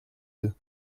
deux